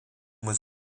was